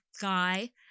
guy